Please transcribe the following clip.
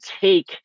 take